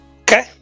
Okay